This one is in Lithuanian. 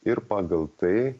ir pagal tai